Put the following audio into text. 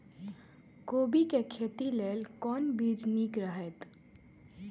कोबी के खेती लेल कोन बीज निक रहैत?